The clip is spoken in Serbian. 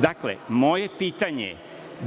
toga. Dakle, moje pitanje,